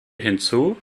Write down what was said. hinzu